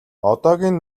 одоогийн